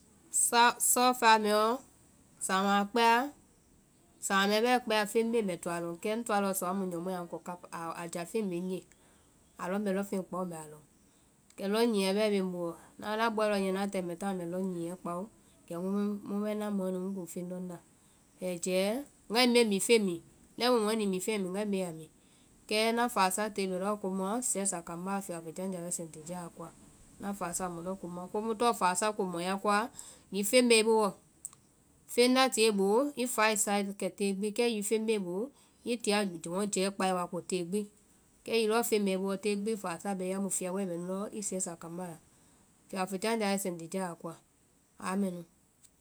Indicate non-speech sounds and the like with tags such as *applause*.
*unintelligible* sɔfɛa mɛɔ, sáamaã kpɛa, sáama mɛɛ bɛɛ kpɛa feŋ bee mbɛ to a lɔŋ. Kɛ ŋ toa lɔɔ sɔɔ amu ŋ nyɔmɔɛ a ŋ kɔ ka- a jáfeŋ bee ŋnye i lɔ mbɛ lɔŋfeŋ kpao mbɛ a lɔŋ. Kɛ lɔŋ nyiɛ bɛɛ bee ŋ boo, *unintelligible* ŋna bɔe lɔɔ niɛ ŋna tae mbɛ táa na mbɛ lɔŋ nyiɛɛ kpáo kɛmu mu bɛ ŋna mɔɛ nu mu kuŋ feŋ lɔŋnda. Mbɛ jɛɛ, ŋgae mbe mifeŋ mi, lɛimu mɔɛ nu i mifeŋɛ mi ŋgae mbe a mi, kɛ ŋna fása tie bɛ lɔɔ komuã, ŋna sɛɛsa kambá a fiabɔ fɛjanjáa bɛ sɛŋtiya a koa, ŋna fáasa mu lɔɔ komu, komu tɔŋ fáasa ko mɔ a koa, hiŋi feŋ bɛ i booɔ, feŋ nda tie i boo i fáasae i ta tée gbi, kɛ hiŋi feŋ bee i boo, i tia mɔ jɛe kpáa wa ko tée gbi. Kɛ hiŋi lɔɔ feŋ bɛ i boo tée gbi fáasa bɛ i ye amu fiya bɔɛ bɛ i yɔ, i sɛɛsa kambá la, fiyabɔ fɛjanjáa bɛ sɛŋtiya a koa, aa mɛ nu.